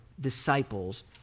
disciples